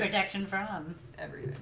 like action from